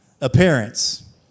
appearance